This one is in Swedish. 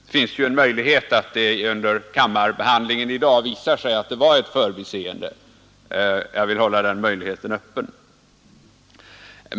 Nu finns det ju en möjlighet att det under kammarbehandlingen i dag visar sig att det var ett förbiseende — jag vill hålla den möjligheten öppen.